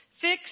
Fix